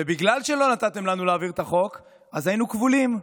ובגלל שלא נתתם לנו להעביר את החוק היינו כבולים.